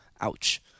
Ouch